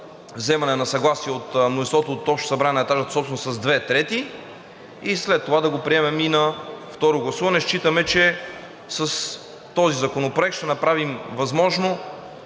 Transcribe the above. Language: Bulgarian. вземане на съгласие от мнозинството от общото събрание на етажната собственост с две трети, след това да го приемем и на второ гласуване. Считаме, че с този законопроект ще направим възможно